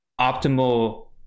optimal